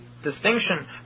distinction